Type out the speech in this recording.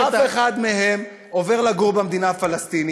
אני לא רואה אף אחד מהם עובר לגור במדינה הפלסטינית,